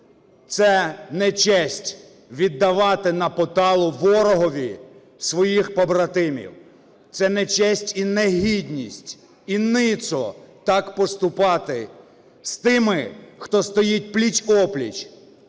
Це не честь віддавати на поталу ворогові своїх побратимів. Це не честь і негідність і ницо так поступати з тими, хто стоїть пліч-о-пліч